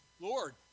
Lord